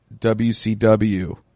WCW